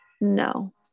No